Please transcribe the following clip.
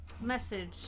message